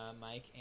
Mike